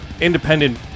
independent